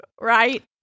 right